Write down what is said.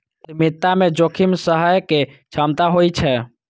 उद्यमिता मे जोखिम सहय के क्षमता होइ छै